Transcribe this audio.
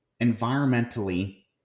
environmentally